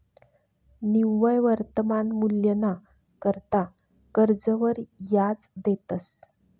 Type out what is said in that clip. निव्वय वर्तमान मूल्यना करता कर्जवर याज देतंस